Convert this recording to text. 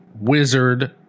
wizard